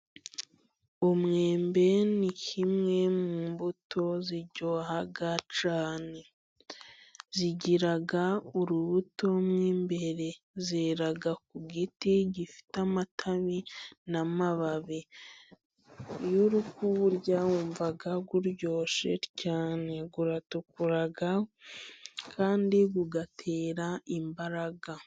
Umwembe ni kimwe mu mbuto ziryoha cyane, zigira urubuto mo imbere, zera ku giti gifite amatabi n'amababi, iyo uri kuwurya wumva uryoshye cyane, uratukura kandi ugatera imbaraga.